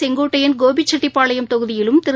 செங்கோட்டையள் கோபிசெட்டிப்பாளையம் தொகுதியிலும் திரு